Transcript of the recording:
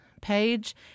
page